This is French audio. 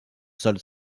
sol